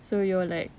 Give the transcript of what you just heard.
so you're like